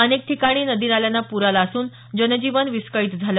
अनेक ठिकाणी नदी नाल्यांना पूर आला असून जनजीवन विस्कळीत झालं